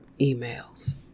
emails